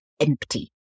empty